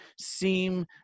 seem